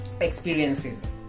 experiences